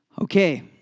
Okay